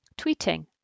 tweeting